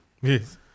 Yes